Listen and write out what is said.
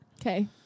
Okay